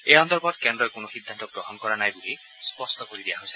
এই সন্দৰ্ভত কেন্দ্ৰই কোনো সিদ্ধান্ত গ্ৰহণ কৰা নাই বুলি স্পষ্ট কৰি দিয়া হৈছে